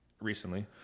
recently